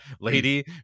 lady